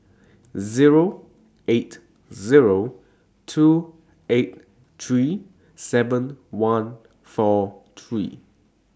Zero eight Zero two eight three seven one four three